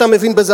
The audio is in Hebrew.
אתה מבין בזה,